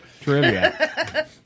trivia